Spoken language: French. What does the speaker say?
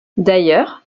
d’ailleurs